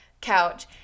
couch